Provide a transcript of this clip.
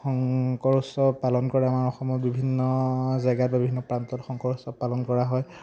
শংকৰ উৎসৱ পালন কৰে আমাৰ অসমত বিভিন্ন জেগাত বা বিভিন্ন প্ৰান্তত শংকৰ উৎসৱ পালন কৰা হয়